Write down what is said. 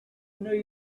new